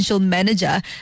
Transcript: manager